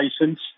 license